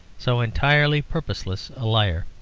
so entirely purposeless a liar.